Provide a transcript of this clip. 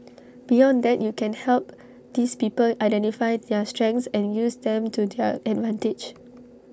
beyond that you can help these people identify their strengths and use them to their advantage